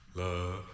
love